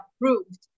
approved